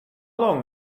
long